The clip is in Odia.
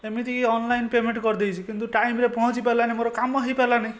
ଏମିତିକି ଅନ୍ଲାଇନ୍ ପେମେଣ୍ଟ କରିଦେଇଛି କିନ୍ତୁ ଟାଇମରେ ପହଞ୍ଚି ପାରିଲା ନାହିଁ ମୋର କାମ ହୋଇ ପାରିଲା ନାହିଁ